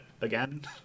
again